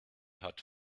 hat